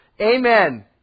Amen